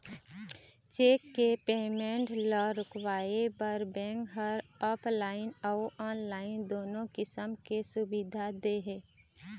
cheque के payment ल रोकवाए बर बेंक ह ऑफलाइन अउ ऑनलाईन दुनो किसम के सुबिधा दे हे